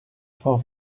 for